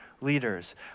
leaders